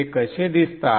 ते कसे दिसतात